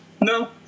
No